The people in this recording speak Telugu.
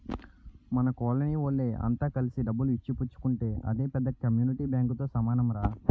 మన కోలనీ వోళ్ళె అంత కలిసి డబ్బులు ఇచ్చి పుచ్చుకుంటే అదే పెద్ద కమ్యూనిటీ బాంకుతో సమానంరా